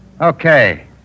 Okay